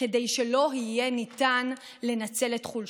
כדי שלא יהיה ניתן לנצל את חולשתם.